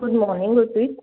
good morning Gurpreet